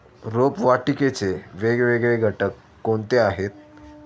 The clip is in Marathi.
रोपवाटिकेचे वेगवेगळे घटक कोणते आहेत?